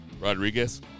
Rodriguez